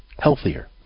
healthier